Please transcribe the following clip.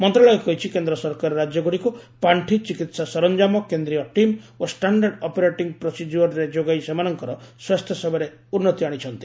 ମନ୍ତ୍ରଣାଳୟ କହିଛି କେନ୍ଦ୍ର ସରକାର ରାଜ୍ୟଗୁଡ଼ିକୁ ପାର୍ଷି ଚିକିତ୍ସା ସରଞ୍ଜାମ କେନ୍ଦ୍ରୀୟ ଟିମ୍ ଓ ଷ୍ଟାଶ୍ଡାର୍ଡ ଅପରେଟିଙ୍ଗ୍ ପ୍ରୋସିଜିଓର ଯୋଗାଇ ସେମାନଙ୍କର ସ୍ୱାସ୍ଥ୍ୟସେବାରେ ଉନ୍ନତି ଆଶିଛନ୍ତି